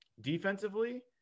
defensively